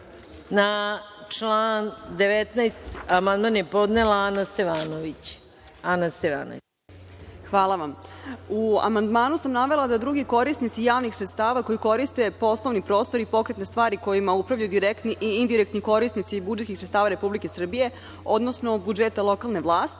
poslanica Ana Stevanović. **Ana Stevanović** Hvala vam.U amandmanu sam navela da drugi korisnici javnih sredstava, koji koriste poslovni prostor i pokretne stvari kojima upravljaju direktni i indirektni korisnici budžetskih sredstava Republike Srbije, odnosno budžeta lokalne vlasti,